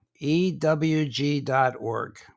EWG.org